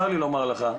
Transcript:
צר לי לומר לך,